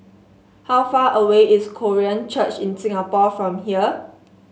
how far away is Korean Church in Singapore from here